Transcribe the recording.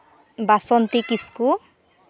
Basanti Kisku